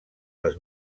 les